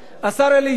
השר אלי ישי,